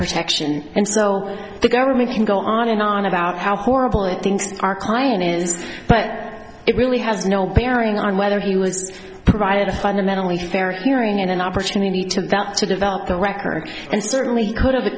protection and so the government can go on and on about how horrible it thinks our client is but it really has no bearing on whether he was provided a fundamentally fair hearing in an opportunity took that to develop the record and certainly could have